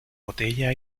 botella